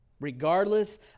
regardless